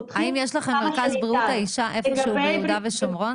האם יש לכם מרכז בריאות האישה איפה שהוא ביהודה ושומרון?